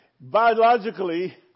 biologically